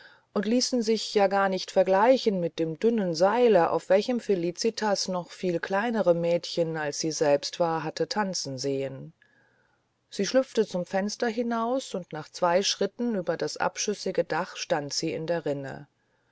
und ließen sich ja gar nicht vergleichen mit dem dünnen seile auf welchem felicitas noch viel kleinere mädchen als sie selbst war hatte tanzen sehen sie schlüpfte zum fenster hinaus und nach zwei schritten über das abschüssige dach stand sie in der rinne